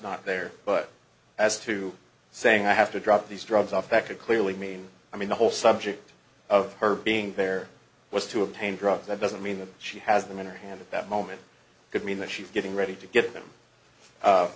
not there but as to saying i have to drop these drugs off that could clearly mean i mean the whole subject of her being there was to obtain drugs that doesn't mean that she has them in her hand at that moment could mean that she's getting ready to get them